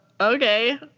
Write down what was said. okay